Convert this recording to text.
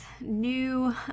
new